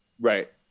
right